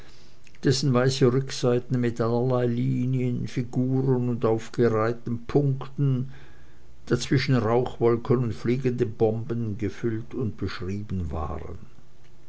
dessen weiße rückseiten mit allerlei linien figuren und aufgereihten punkten dazwischen rauchwolken und fliegende bomben gefüllt und beschrieben waren